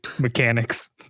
mechanics